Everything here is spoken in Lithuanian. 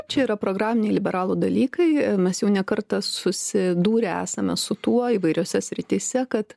čia yra programiniai liberalų dalykai mes jau ne kartą susidūrę esame su tuo įvairiose srityse kad